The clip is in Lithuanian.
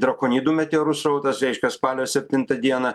drakonidų meteorų srautas reiškia spalio septintą dieną